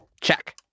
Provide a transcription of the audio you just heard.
Check